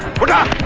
put um